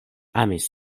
amis